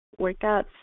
workouts